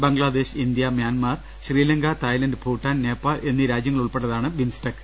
Bangladesh India Myanmar Sri Lanka Thailand Bhutan Nepal എന്നീ രാജൃങ്ങൾ ഉൾപ്പെട്ടതാണ് ബിംസ്റ്റക്ക്